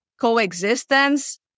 coexistence